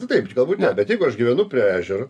nu taip čia galbūt ne bet jeigu aš gyvenu prie ežero